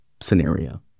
scenario